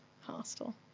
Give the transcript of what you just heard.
hostel